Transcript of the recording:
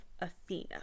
Athena